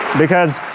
because